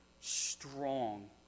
strong